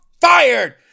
fired